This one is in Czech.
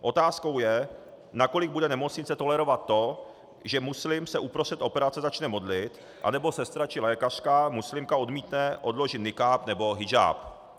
Otázkou je, nakolik bude nemocnice tolerovat to, že muslim se uprostřed operace začne modlit nebo sestra či lékařka muslimka odmítne odložit nikáb nebo hidžáb.